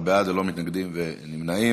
11 בעד, ללא מתנגדים ונמנעים.